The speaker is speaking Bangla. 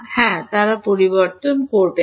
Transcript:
হ্যাঁ তারা পরিবর্তন করবে না